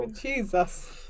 Jesus